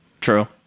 True